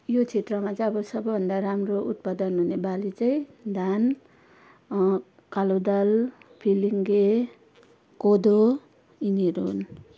यो क्षेत्रमा चाहिँ अब सबैभन्दा राम्रो उत्पादन हुने बाली चाहिँ धान कालो दाल फिलिङ्गे कोदो यिनीहरू हुन्